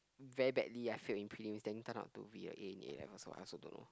very badly I failed in prelims then turn out to be a A in A-levels or what I also don't know